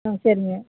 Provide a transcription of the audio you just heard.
ம் சரிங்க